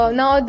now